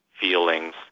feelings